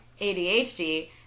ADHD